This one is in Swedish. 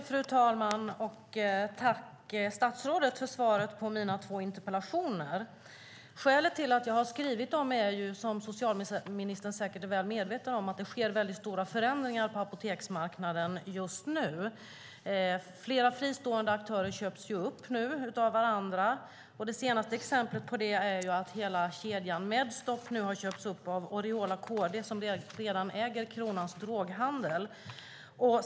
Fru talman! Jag tackar statsrådet för svaret på mina två interpellationer. Skälet till att jag skrivit dem är, som socialministern säkert är väl medveten om, att det sker väldigt stora förändringar på apoteksmarknaden just nu. Flera fristående aktörer köps nu upp av varandra. Det senaste exemplet på det är att hela kedjan Medstop nu har köpts upp av Oriola-KD, som redan äger Kronans Droghandel.